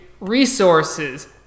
resources